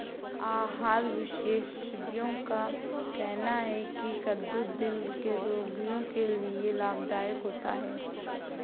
आहार विशेषज्ञों का कहना है की कद्दू दिल के रोगियों के लिए लाभदायक होता है